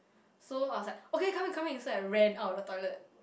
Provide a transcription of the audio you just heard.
so I was like okay coming coming so I ran out of the toilet